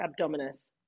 abdominis